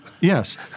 Yes